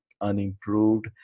unimproved